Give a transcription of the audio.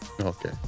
Okay